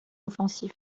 offensif